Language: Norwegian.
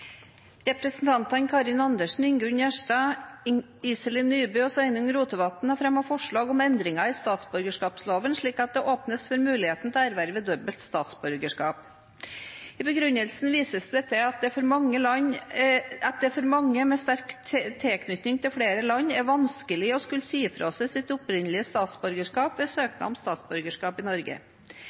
Representantene Karin Andersen, Ingunn Gjerstad, Iselin Nybø og Sveinung Rotevatn har fremmet forslag om endringer i statsborgerskapsloven, slik at det åpnes for muligheten til å erverve dobbelt statsborgerskap. I begrunnelsen vises det til at det for mange med sterk tilknytning til flere land er vanskelig å skulle si fra seg sitt opprinnelige statsborgerskap ved søknad om statsborgerskap i Norge.